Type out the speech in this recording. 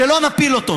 שלא נפיל אותו.